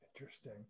Interesting